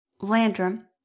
Landrum